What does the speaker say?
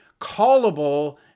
callable